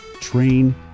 train